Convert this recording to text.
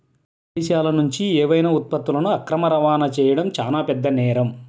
విదేశాలనుంచి ఏవైనా ఉత్పత్తులను అక్రమ రవాణా చెయ్యడం చానా పెద్ద నేరం